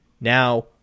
Now